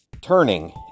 turning